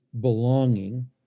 belonging